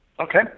Okay